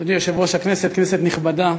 אדוני יושב-ראש הכנסת, כנסת נכבדה,